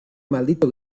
maldito